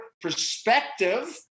perspective